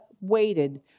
waited